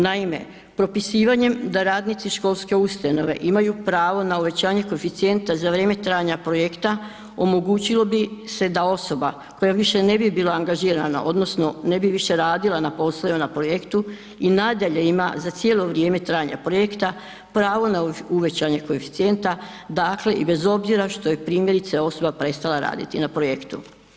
Naime, propisivanjem da radnici školske ustanove imaju pravo na uvećanje koeficijenta za vrijeme trajanja projekta omogućilo bi se da osoba koja više ne bi bila angažirala odnosno ne bi više radila na poslovima na projektu i nadalje ima za cijelo vrijeme trajanja projekta pravo na uvećanje koeficijenta, dakle i bez obzira što je primjerice osoba prestala raditi na projektu.